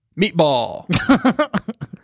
meatball